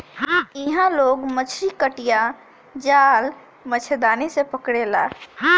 इहां लोग मछरी कटिया, जाल, मछरदानी से पकड़ेला